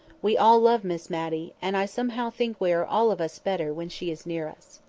we all love miss matty, and i somehow think we are all of us better when she is near us.